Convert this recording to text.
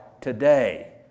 today